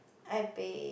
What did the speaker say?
I pay